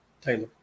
Taylor